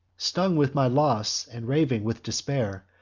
stung with my loss, and raving with despair,